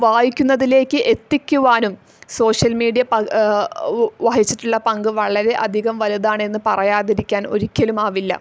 വായിക്കുന്നതിലേക്ക് എത്തിക്കുവാനും social media വഹിച്ചിട്ടുള്ള പങ്ക് വളരെ അധികം വലുതാണ് എന്ന് പറയാതിരിക്കാൻ ഒരിക്കലുമാവില്ല